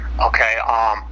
Okay